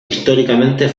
históricamente